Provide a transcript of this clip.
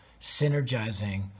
synergizing